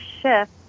shift